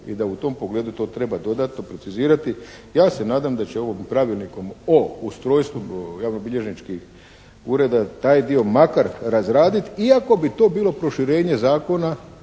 i da u tom pogledu to treba dodati, to precizirati. Ja se nadam da će ovim Pravilnikom o ustrojstvu javnobilježničkih ureda taj dio makar razraditi iako bi to bilo proširenje zakona